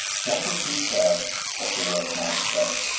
what would he care what the world might say?